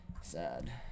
Sad